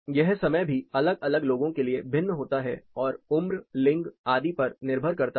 यह समय भी अलग अलग लोगों के लिए भिन्न होता है और उम्र लिंग आदि पर निर्भर करता है